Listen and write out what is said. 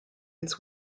its